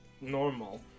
normal